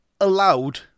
allowed